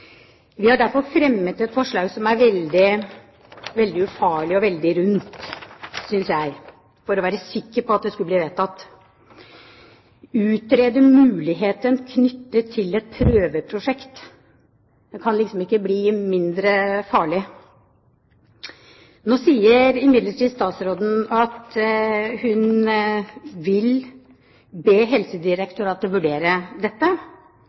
Vi har derfor fremmet et forslag som er veldig ufarlig og veldig rundt, synes jeg, for å være sikker på at det skulle bli vedtatt, om å «utrede muligheten knyttet til et prøveprosjekt». Det kan liksom ikke bli mindre farlig. Nå sier imidlertid statsråden at hun vil be Helsedirektoratet vurdere dette,